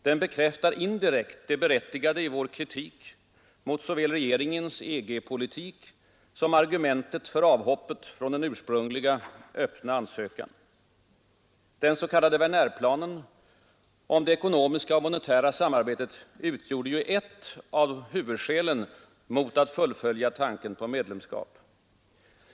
Den bekräftar indirekt det berättigade i vår kritik mot 25 såväl regeringens EG-politik som dess argument för ”avhoppet” från den ursprungliga öppna ansökan. Den s.k. Wernerplanen om det ekonomiska och monetära samarbetet utgjorde ju ett av huvudskälen mot att fullfölja tanken på ett medlemskap.